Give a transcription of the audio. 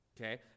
Okay